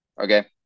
okay